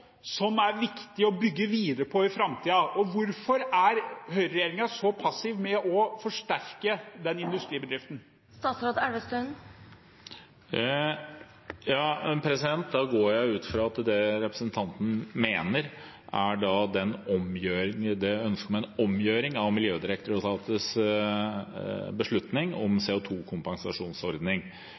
som er viktig å bygge videre på i framtiden. Hvorfor er høyreregjeringen så passiv med å forsterke den industribedriften? Da går jeg ut fra at det representanten Sandtrøen mener, er ønsket om en omgjøring av Miljødirektoratets beslutning om